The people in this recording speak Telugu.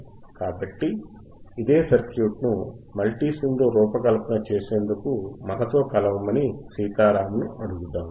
కాబట్టి ఇదే సర్క్యూట్ను మల్టీసిమ్లో రూపకల్పన చేసేందుకు మనతో కలవమని సీతారాంను అడుగుదాము